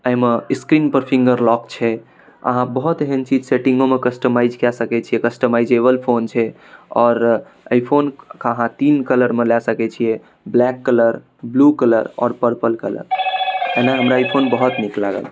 एहिमे स्क्रीनपर finger lock छै अहाँ बहुत एहन चीज सेटिङ्गोमे कस्टमाइज कऽ सकै छिए कस्टेमाइजेबल फोन छै आओर एहि फोनके अहाँ तीन कलरमे लऽ सकै छिए ब्लैक कलर ब्लू कलर आओर पर्पल कलर ऐना हमरा ई फोन बहुत नीक लागल